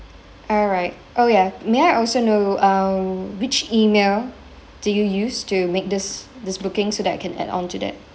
alright oh ya may I also know uh which email do you use to make this this booking so that I can add on to that